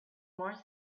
more